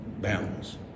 bounds